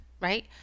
right